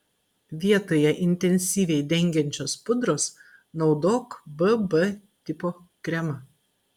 vietoje intensyviai dengiančios pudros naudok bb tipo kremą